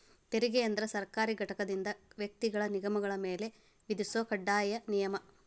ತೆರಿಗೆ ಅಂದ್ರ ಸರ್ಕಾರಿ ಘಟಕದಿಂದ ವ್ಯಕ್ತಿಗಳ ನಿಗಮಗಳ ಮ್ಯಾಲೆ ವಿಧಿಸೊ ಕಡ್ಡಾಯ ನಿಯಮ